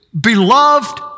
beloved